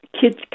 Kids